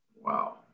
Wow